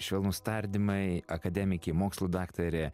švelnūs tardymai akademikė mokslų daktarė